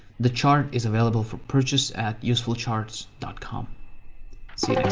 the chart is available for purchase at usefulcharts dot com see